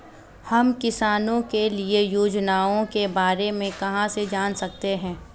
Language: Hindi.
हम किसानों के लिए योजनाओं के बारे में कहाँ से जान सकते हैं?